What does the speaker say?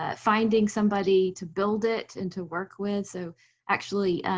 ah finding somebody to build it and to work with. so actually,